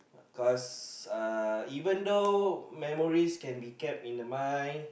cause uh even though memories can be kept in the mind